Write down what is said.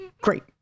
great